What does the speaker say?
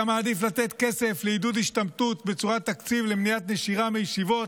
אתה מעדיף לתת כסף לעידוד השתמטות בצורת תקציב למניעת נשירה מהישיבות,